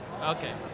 Okay